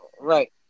Right